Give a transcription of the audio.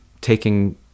taking